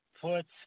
puts